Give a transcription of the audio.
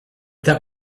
that